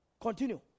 Continue